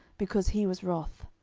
because he was wroth.